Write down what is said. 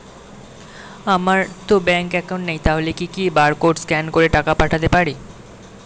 আমারতো bank account নেই তাহলে কি কি বারকোড স্ক্যান করে টাকা পাঠাতে পারি?